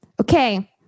Okay